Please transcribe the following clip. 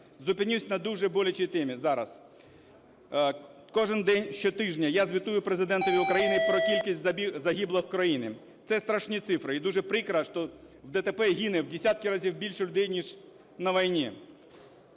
Зупинюсь на дуже болючій темі зараз. Кожен день щотижня я звітую Президенту України про кількість загиблих в країні. Це страшні цифри. І дуже прикро, що в ДТП гине в десятки разів більше людей ніж на війні.